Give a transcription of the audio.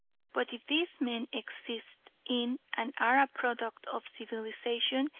but if these men exist in and are a product of civilisation,